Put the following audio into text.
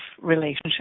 relationship